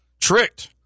tricked